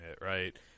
right